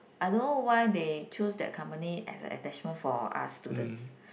I don't know why they choose that company as an attachment for us students